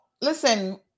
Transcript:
listen